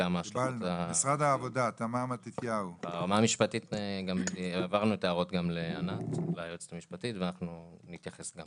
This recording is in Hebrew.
ברמה המשפטית העברנו הערות ליועצת המשפטית ואנחנו נתייחס.